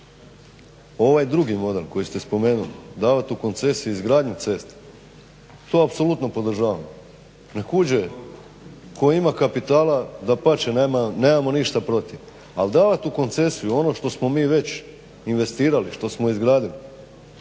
Ovaj drugi model koji ste spomenuli davat u koncesije, izgradnju ceste to apsolutno podržavam, nek uđe tko ima kapitala, dapače nemamo ništa protiv ali davat u koncesiju ono što smo mi već investirali, izgradili,